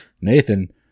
Nathan